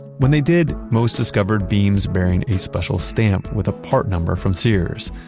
when they did, most discovered beams bearing a special stamp with a part number from sears.